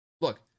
look